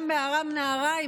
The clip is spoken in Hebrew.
גם בארם נהריים,